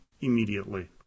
immediately